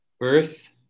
Birth